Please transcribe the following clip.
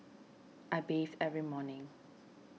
I bees every morning